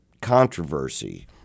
controversy